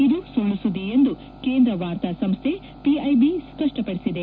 ಇದು ಸುಳ್ಳು ಸುದ್ದಿ ಎಂದು ಕೇಂದ್ರ ವಾರ್ತಾ ಸಂಸ್ಥೆ ಪಿಐಬಿ ಸ್ಪಷ್ಟಪಡಿಸಿದೆ